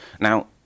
now